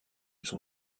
son